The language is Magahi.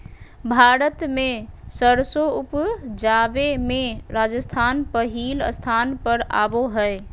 भारत मे सरसों उपजावे मे राजस्थान पहिल स्थान पर आवो हय